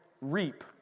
reap